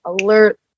alert